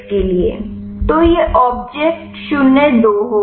तो यह ओब्ज 02 होगा